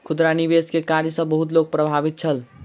खुदरा निवेश के कार्य सॅ बहुत लोक प्रभावित छल